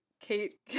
Kate